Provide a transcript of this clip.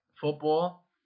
football